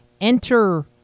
Enter